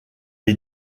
est